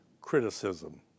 criticism